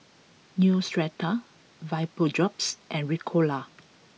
Neostrata VapoDrops and Ricola